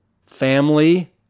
family